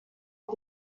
und